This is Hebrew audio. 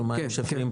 כן,